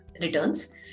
returns